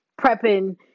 prepping